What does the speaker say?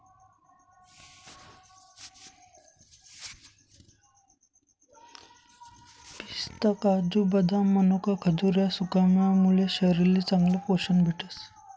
पिस्ता, काजू, बदाम, मनोका, खजूर ह्या सुकामेवा मुये शरीरले चांगलं पोशन भेटस